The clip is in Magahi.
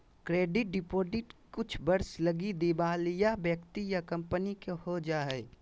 क्रेडिट रिपोर्ट कुछ वर्ष लगी दिवालिया व्यक्ति या कंपनी के हो जा हइ